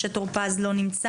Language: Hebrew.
משה טור פז לא נמצא.